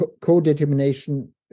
co-determination